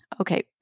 okay